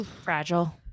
fragile